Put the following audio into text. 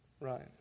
Right